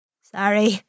Sorry